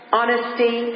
honesty